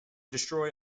destroy